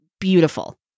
beautiful